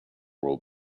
row